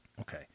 Okay